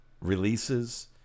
releases